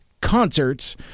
concerts